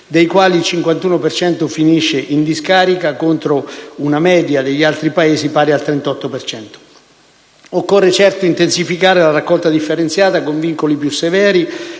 dei quali finisce in discarica, contro una media degli altri Paesi pari al 38 per cento. Occorre certo intensificare la raccolta differenziata con vincoli più severi